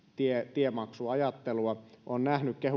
tiemaksuajattelua olen nähnyt